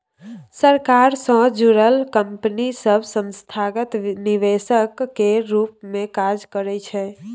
सरकार सँ जुड़ल कंपनी सब संस्थागत निवेशक केर रूप मे काज करइ छै